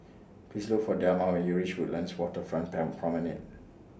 Please Look For Delmar when YOU REACH Woodlands Waterfront Promenade